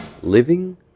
Living